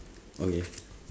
okay